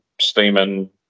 steaming